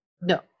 No